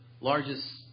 largest